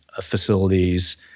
facilities